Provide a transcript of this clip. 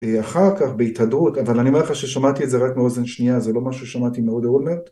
אחר כך בהתהדרות, אבל אני אומר לך ששמעתי את זה רק מאוזן שנייה, זה לא משהו ששמעתי מאודי עומד.